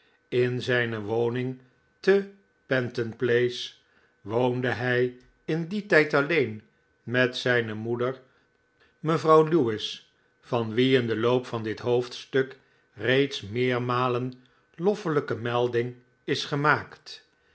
in zijne woning te penton place woonde hij in dien tijd alleen met zijne moeder mevrouw lewis van wie in den loop van dit hoofdstuk reeds meermalen loffelijk melding is gemaakt